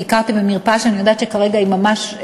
ביקרתי במרפאה שאני יודעת שכרגע בנייתה